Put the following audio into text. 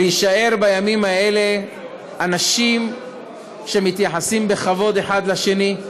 להישאר בימים האלה אנשים שמתייחסים בכבוד אחד לשני.